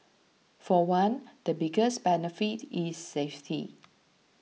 for one the biggest benefit is safety